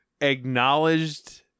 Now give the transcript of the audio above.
acknowledged